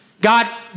God